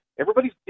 Everybody's